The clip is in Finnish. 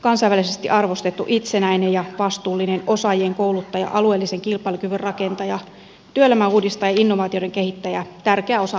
kansainvälisesti arvostettu itsenäinen ja vastuullinen osaajien kouluttaja alueellisen kilpailukyvyn rakentaja työelämän uudistaja ja innovaatioiden kehittäjä tärkeä osa suomalaista yhteiskuntaa